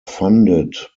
funded